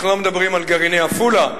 אנחנו לא מדברים על "גרעיני עפולה",